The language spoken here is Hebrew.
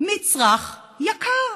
מצרך יקר.